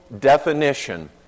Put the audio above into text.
definition